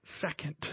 second